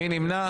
מי נמנע?